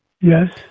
Yes